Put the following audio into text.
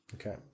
Okay